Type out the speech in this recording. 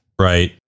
Right